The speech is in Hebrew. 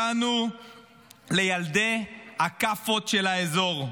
הופכת אותנו לילדי הכאפות של האזור.